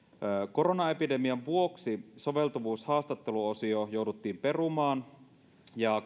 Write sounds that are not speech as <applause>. koronaepidemian vuoksi soveltuvuushaastatteluosio jouduttiin perumaan ja <unintelligible>